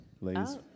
Ladies